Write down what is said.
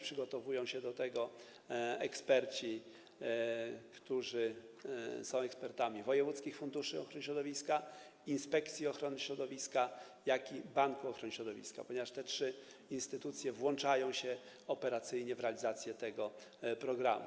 Przygotowują się do tego eksperci, którzy są ekspertami wojewódzkich funduszy ochrony środowiska, Inspekcji Ochrony Środowiska, jak i Banku Ochrony Środowiska, ponieważ te trzy instytucje włączają się operacyjnie w realizację programu.